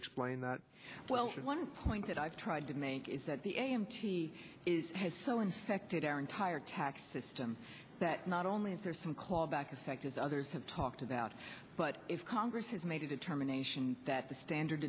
explain that well one point that i've tried to make is that the a m t is has so infected our entire tax system that not only is there some claw back effect as others have talked about but if congress has made a determination that the standard